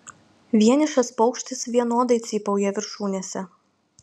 vienišas paukštis vienodai cypauja viršūnėse